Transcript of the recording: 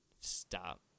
Stop